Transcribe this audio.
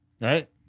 Right